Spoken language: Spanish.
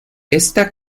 esta